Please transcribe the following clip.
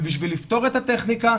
ובשביל לפתור את הטכניקה,